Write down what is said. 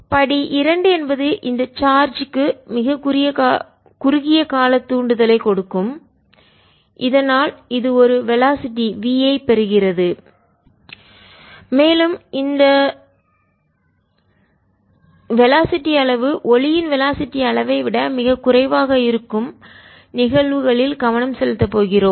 படி இரண்டு என்பது இந்த சார்ஜ் க்கு மிகக் குறுகிய கால தூண்டுதலைக் கொடுக்கும் இதனால் இது ஒரு வெலாசிட்டி வேகம் v ஐப் பெறுகிறது மேலும் மீண்டும் இந்த வெலாசிட்டி வேகத்தின் அளவு ஒளியின் வெலாசிட்டி வேகத்தின் அளவை விட மிகக் குறைவாக இருக்கும் நிகழ்வுகளில் கவனம் செலுத்தப் போகிறோம்